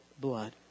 blood